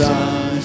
Sun